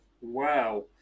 Wow